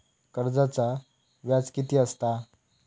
कर्जाचा व्याज कीती असता?